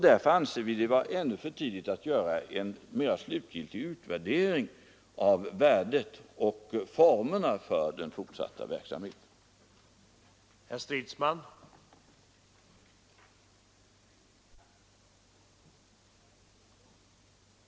Därför anser vi det ännu vara för tidigt att göra en mera slutgiltig utvärdering av betydelsen av den fortsatta verksamheten och formerna för denna.